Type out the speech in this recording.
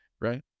right